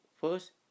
first